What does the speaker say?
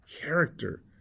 character